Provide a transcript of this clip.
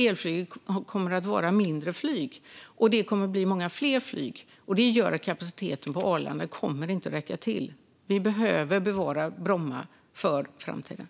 Elflygplanen kommer att vara mindre, och det kommer att vara många fler flygplan. Det gör att kapaciteten på Arlanda inte kommer att räcka till. Vi behöver bevara Bromma för framtiden.